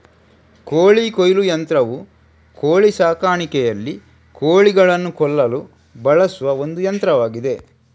ಕೋಳಿ ಕೊಯ್ಲು ಯಂತ್ರವು ಕೋಳಿ ಸಾಕಾಣಿಕೆಯಲ್ಲಿ ಕೋಳಿಗಳನ್ನು ಕೊಲ್ಲಲು ಬಳಸುವ ಒಂದು ಯಂತ್ರವಾಗಿದೆ